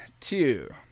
two